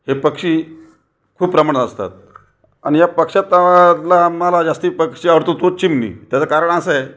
हे पक्षी खूप प्रमाणात असतात आणि या पक्ष्यांत आम्हाला जास्त पक्षी आवडतो तो चिमणी त्याच कारण असं आहे